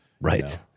right